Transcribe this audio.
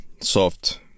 Soft